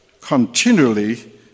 continually